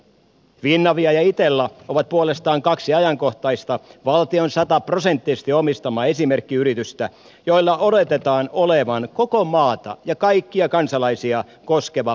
finavia ja itella ovat puolestaan kaksi ajankohtaista valtion sataprosenttisesti omistamaa esimerkkiyritystä joilla oletetaan olevan koko maata ja kaikkia kansalaisia koskeva palveluvelvoite